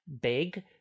big